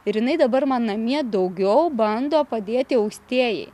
ir jinai dabar man namie daugiau bando padėti austėjai